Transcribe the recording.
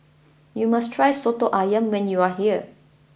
you must try Soto Ayam when you are here